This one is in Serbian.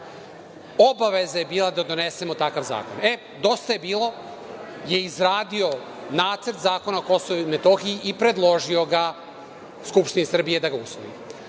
Obaveza je bila da donesemo takav zakon. E, „Dosta je bilo“ je izradio nacrt zakona o Kosovu i Metohiji i predložio ga Skupštini Srbije da ga usvoji.